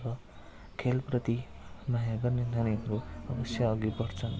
र खेलप्रति माया गर्ने नानीहरू अवश्य अघि बढ्छ